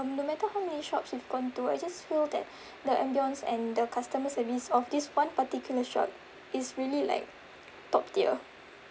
~(um) no matter how many shops we've gone to I just feel that the ambience and the customer service of this one particular shop is really like top-tier